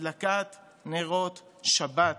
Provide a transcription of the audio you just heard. הדלקת נרות שבת,